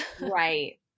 Right